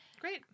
Great